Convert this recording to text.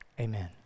amen